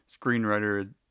screenwriter